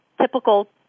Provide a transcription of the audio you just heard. typical